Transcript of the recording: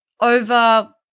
over –